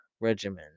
regimen